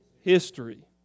History